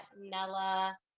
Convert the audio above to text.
Nella